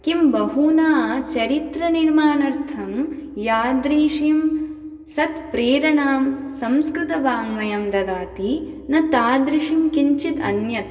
किं बहुना चरित्रनिर्माणार्थं यादृशीं सत्प्रेरणां संस्कृतवाङ्मयं ददाति न तादृशीं किंचित् अन्यत्